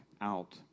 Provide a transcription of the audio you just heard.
out